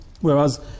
Whereas